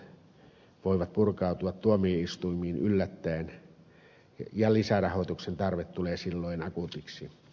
nämä voivat purkautua tuomioistuimiin yllättäen ja lisärahoituksen tarve tulee silloin akuutiksi